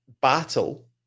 battle